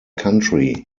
country